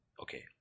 okay